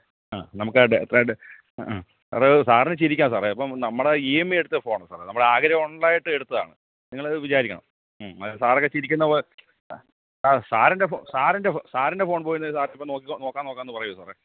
ആ നമുക്കവിടെ ട്രാടെ ഹ് സാറേ അതു സാറിന് ചിരിക്കാം സാറേ ഇപ്പം നമ്മുടെ ഈ എം ഐയിൽ എടുത്ത ഫോണാണ് സാറെ നമ്മുടാഗ്രഹമുണ്ടായിട്ട് എടുത്തതാണ് നിങ്ങളത് വിചാരിക്കണം മ് അതെ സാറൊക്കെ ചിരിക്കുന്നതു പോലെ സാറിൻ്റെ ഫോൺ സാറിൻ്റെ ഫോ സാറിൻ്റെ ഫോൺ പോയിരുന്നത് സാറിപ്പം നോക്കാം നോക്കാമെന്നു പറയുമോ സാറേ